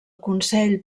consell